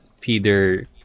Peter